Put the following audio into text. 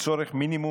ההליך?